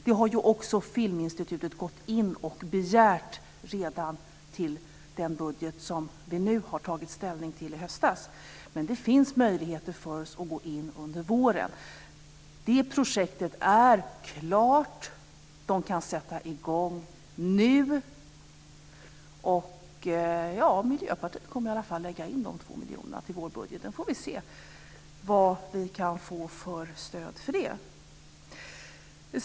Filminstitutet har redan gått in och begärt detta för den budget som vi tog ställning till i höstas, men det finns möjligheter för oss att gå in under våren. Det projektet är klart. Man kan sätta i gång. Miljöpartiet kommer i alla fall att lägga in dessa två miljoner i sitt förslag till vårbudgeten. Så får vi se vad vi kan få för stöd för det.